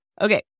Okay